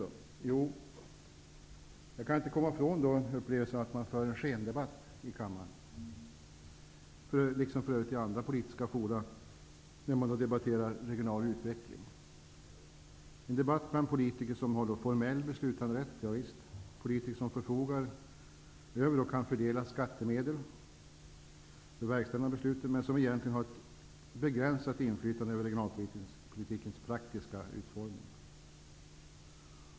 Jo, för att jag inte kan komma ifrån upplevelsen av att man för en skendebatt här i kammaren, liksom för övrigt även i andra politiska fora, när man debatterar regional utveckling. Debatten förs bland politiker som har formell beslutanderätt, javisst, politiker som förfogar över -- och kan fördela -- skattemedel för verkställande av besluten men som egentligen har ett begränsat inflytande över regionalpolitikens praktiska utformning.